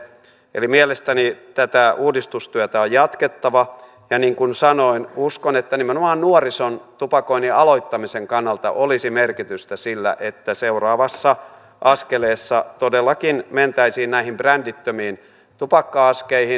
mielestäni tätä uudistustyötä on jatkettava ja niin kuin sanoin uskon että nimenomaan nuorison tupakoinnin aloittamisen kannalta olisi merkitystä sillä että seuraavassa askeleessa todellakin mentäisiin näihin brändittömiin tupakka askeihin